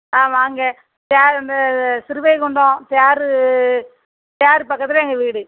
ஆ வாங்க யார் அந்த சிறுவைகுண்டம் தேர் தேர் பக்கத்தில் எங்கள் வீடு